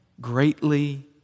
greatly